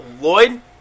Lloyd